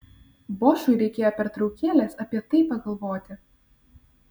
bošui reikėjo pertraukėlės apie tai pagalvoti